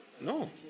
no